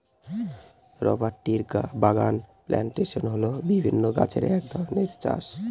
rubber ট্রির বাগান plantation হল বিভিন্ন গাছের এক সাথে চাষ